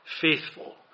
faithful